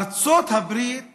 ארצות הברית